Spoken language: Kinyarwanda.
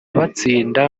batsinda